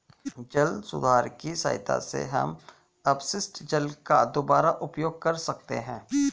जल सुधार की सहायता से हम अपशिष्ट जल का दुबारा उपयोग कर सकते हैं